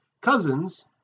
Cousins